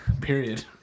Period